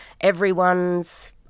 everyone's